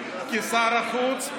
כשר החוץ,